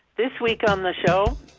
this week on the show,